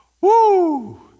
Woo